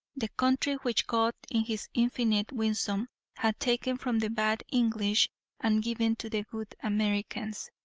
the country which god in his infinite wisdom had taken from the bad english and given to the good americans,